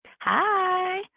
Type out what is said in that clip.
Hi